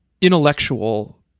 intellectual